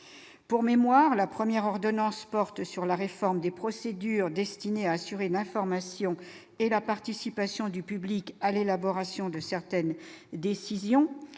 pour mémoire la première ordonnances portent sur la réforme des procédures destinées à assurer l'information et la participation du public à l'élaboration de certaines décisions